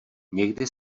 někdy